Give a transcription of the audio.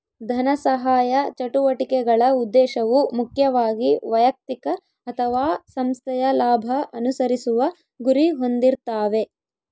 ಧನಸಹಾಯ ಚಟುವಟಿಕೆಗಳ ಉದ್ದೇಶವು ಮುಖ್ಯವಾಗಿ ವೈಯಕ್ತಿಕ ಅಥವಾ ಸಂಸ್ಥೆಯ ಲಾಭ ಅನುಸರಿಸುವ ಗುರಿ ಹೊಂದಿರ್ತಾವೆ